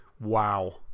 Wow